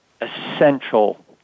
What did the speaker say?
essential